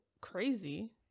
crazy